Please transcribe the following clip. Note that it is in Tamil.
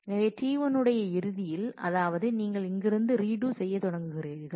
எனவே T1 உடைய இறுதியில் அதாவது நீங்கள் இங்கிருந்து ரீடு செய்யத் தொடங்குகிறீர்கள்